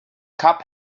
cup